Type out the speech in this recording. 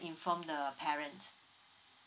inform the parents